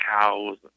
cows